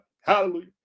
Hallelujah